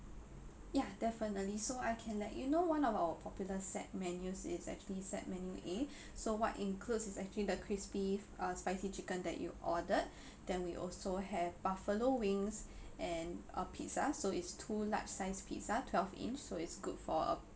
ya definitely so I can let you know one of our popular set menus is actually set menu A so what it includes is actually the crispy uh spicy chicken that you ordered then we also have buffalo wings and uh pizza so it's two large sized pizza twelve inch so it's good for a